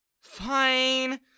Fine